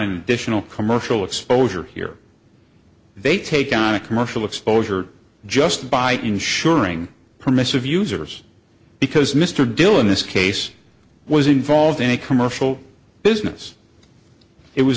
vishal commercial exposure here they take on a commercial exposure just by ensuring permissive users because mr dillon this case was involved in a commercial business it was